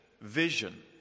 Vision